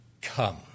come